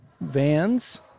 Vans